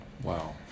Wow